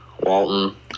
Walton